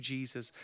Jesus